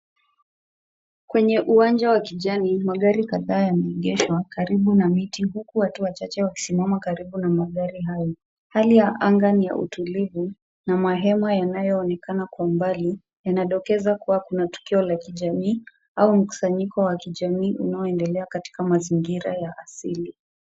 Kwenye uwanja wa kijani, magari kadhaa yameegeshwa karibu na miti, huku watu wachache wakisimama karibu na magari hayo. Hali ya anga ni ya utulivu na mahema yanayoonekana kwa umbali yanadokeza kuwa kuna tukio la kijamii au mkusanyiko wa kijamii unaoendelea katika mazingira ya asili.